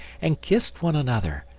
and kissed one another!